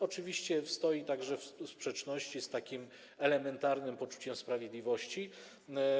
Oczywiście pozostaje to także w sprzeczności z takim elementarnym poczuciem sprawiedliwości.